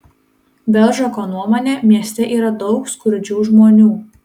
belžako nuomone mieste yra daug skurdžių žmonių